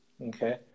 Okay